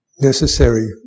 necessary